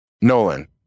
nolan